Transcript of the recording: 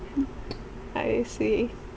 I see